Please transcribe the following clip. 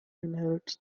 inherits